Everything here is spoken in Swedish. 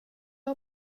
har